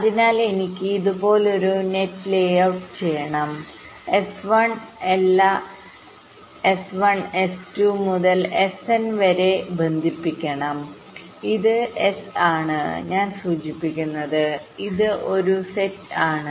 അതിനാൽ എനിക്ക് ഇതുപോലൊരു നെറ്റ് ലേഔട്ട് ചെയ്യണം എസ് 1 എല്ലാ എസ് 1 എസ് 2 മുതൽ എസ്എൻ വരെ ബന്ധിപ്പിക്കണം ഇത് എസ് ആണ് ഞാൻ സൂചിപ്പിക്കുന്നത് ഇത് ഒരു സെറ്റ് ആണ്